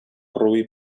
roí